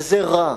וזה רע,